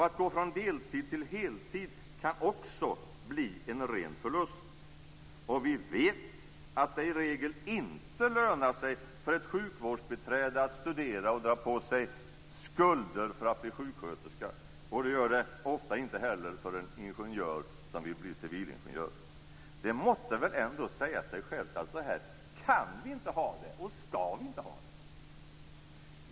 Att gå från deltid till heltid kan också bli en ren förlust. Och vi vet att det i regel inte lönar sig för ett sjukvårdsbiträde att studera och dra på sig skulder för att bli sjuksköterska, och det gör det ofta inte heller för en ingenjör som vill bli civilingenjör. Det måtte väl ändå säga sig självt att så här kan vi inte ha det, och så här skall vi inte ha det.